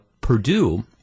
Purdue